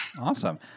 Awesome